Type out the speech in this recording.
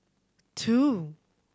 two